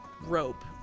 rope